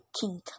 king